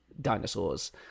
dinosaurs